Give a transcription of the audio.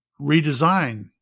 redesign